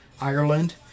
Ireland